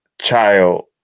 child